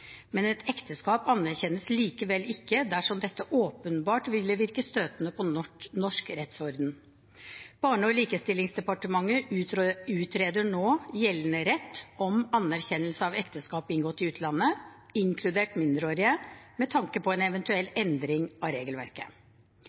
men et ekteskap anerkjennes ikke dersom dette åpenbart ville virke støtende på norsk rettsorden. Barne- og familiedepartementet utreder nå gjeldende rett om anerkjennelse av ekteskap inngått i utlandet – inkludert mindreårige – med tanke på en eventuell endring av regelverket.